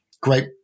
great